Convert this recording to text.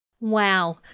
Wow